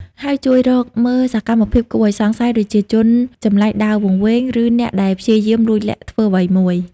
ហើយជួយរកមើលសកម្មភាពគួរឱ្យសង្ស័យ ដូចជាជនចម្លែកដើរវង្វេង ឬអ្នកដែលព្យាយាមលួចលាក់ធ្វើអ្វីមួយ។